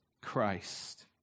Christ